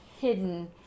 Hidden